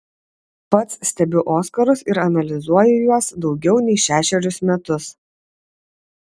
pats stebiu oskarus ir analizuoju juos daugiau nei šešerius metus